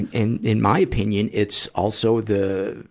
in, in, in my opinion, it's also the,